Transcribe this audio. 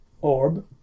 orb